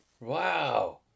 Wow